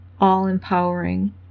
all-empowering